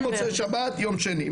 גם מוצאי שבת ויום שני.